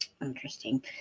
Interesting